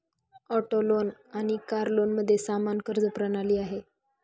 auto loan आणि car लोनमध्ये समान कर्ज प्रणाली आहे